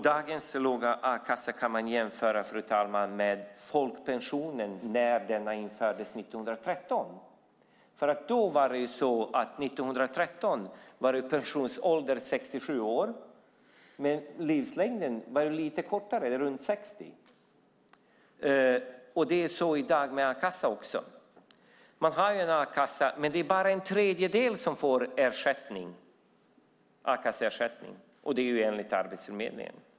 Dagens låga a-kassa kan man jämföra med folkpensionen när den infördes 1913. Då var pensionsåldern 67 år, men medellivslängden var kortare, bara runt 60. På liknande sätt är det med a-kassan i dag: Man har en a-kassa, men det är bara en tredjedel som får a-kasseersättning enligt Arbetsförmedlingen.